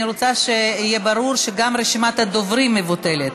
אני רוצה שיהיה ברור שגם רשימת הדוברים מבוטלת